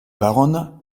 baronne